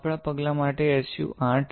આપણા પગલા માટે SU 8